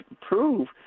prove